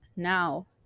Now